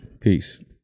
Peace